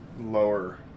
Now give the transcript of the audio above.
lower